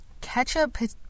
Ketchup